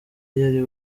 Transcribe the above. yari